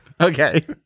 Okay